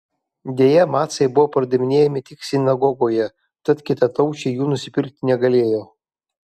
deja macai buvo pardavinėjami tik sinagogoje tad kitataučiai jų nusipirkti negalėjo